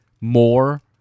more